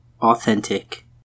authentic